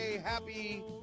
Happy